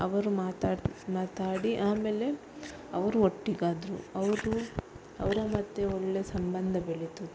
ಅವರು ಮಾತಾಡಿ ಮಾತಾಡಿ ಆಮೇಲೆ ಅವರು ಒಟ್ಟಿಗಾದರು ಅವರು ಅವರ ಮಧ್ಯೆ ಒಳ್ಳೆ ಸಂಬಂಧ ಬೆಳೀತು